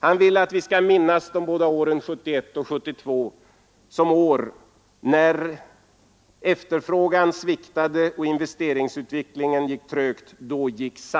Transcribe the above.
Han vill att vi skall minnas de båda åren 1971 och 1972 som de år då samhället gick in därför att efterfrågan sviktade och investeringsutvecklingen var trög.